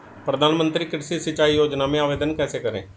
प्रधानमंत्री कृषि सिंचाई योजना में आवेदन कैसे करें?